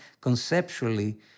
conceptually